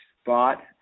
spot